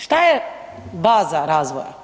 Šta je baza razvoja?